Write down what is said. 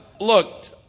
looked